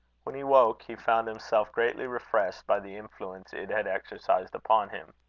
when he woke he found himself greatly refreshed by the influence it had exercised upon him.